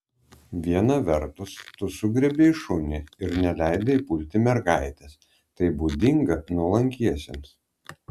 viena vertus tu sugriebei šunį ir neleidai pulti mergaitės tai būdinga nuolankiesiems